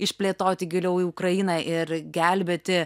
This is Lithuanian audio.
išplėtoti giliau į ukrainą ir gelbėti